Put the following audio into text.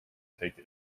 take